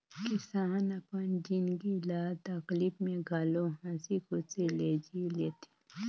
किसान अपन जिनगी ल तकलीप में घलो हंसी खुशी ले जि ले थें